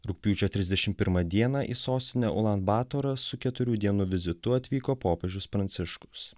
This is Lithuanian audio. rugpjūčio trisdešim pirmą dieną į sostinę ulan batorą su keturių dienų vizitu atvyko popiežius pranciškus